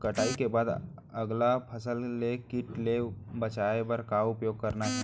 कटाई के बाद अगला फसल ले किट ले बचाए बर का उपाय करना हे?